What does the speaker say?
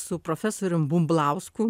su profesorium bumblausku